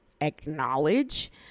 acknowledge